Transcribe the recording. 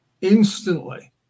instantly